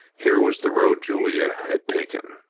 here was the road julia had taken.